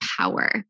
power